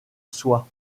soi